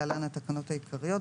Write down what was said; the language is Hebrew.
(להלן התקנות העיקריות),